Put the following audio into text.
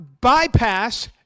bypass